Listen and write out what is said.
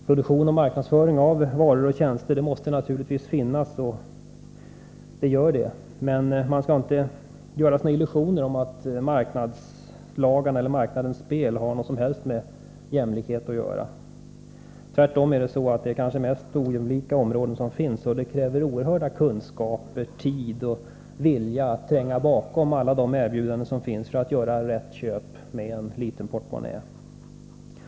Produktion och marknadsföring av varor och tjänster måste naturligtvis finnas, men man skall inte göra sig några illusioner om att marknadens spel har något som helst med jämlikhet att göra. Tvärtom, är detta kanske det mest ojämlika område som finns. Det krävs oerhörda kunskaper, tid och vilja att tränga bakom alla erbjudanden för att göra rätt köp med en liten portmonnä.